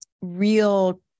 real